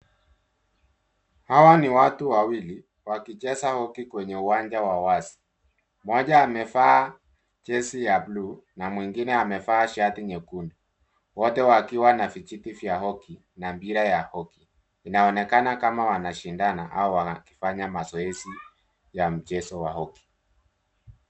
Hawa ni watu wawili, wakicheza hockey kwenye uwanja wa wazi. Mmoja anavaa jesi ya bluu na mwingine amevaa shati nyekundu. Wote wakiwa na vijiti vya hocky na mpira wa hockey. Inaonekana kama wanashindana au wanafanya mazoezi ya mchezo wa hockey.